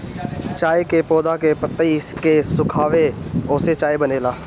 चाय के पौधा के पतइ के सुखाके ओसे चाय बनेला